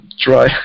try